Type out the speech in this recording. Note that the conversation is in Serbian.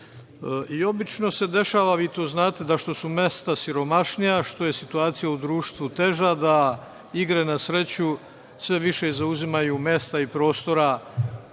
Obično se dešava, vi to znate, da što su mesta siromašnija, što je situacija u društvu teža, da igre na sreću sve više zauzimaju mesta i prostora